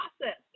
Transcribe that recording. process